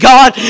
God